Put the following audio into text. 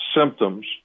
symptoms